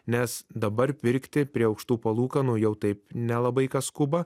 nes dabar pirkti prie aukštų palūkanų jau taip nelabai kas skuba